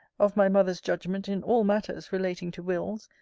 of my mother's judgment in all matters relating to wills,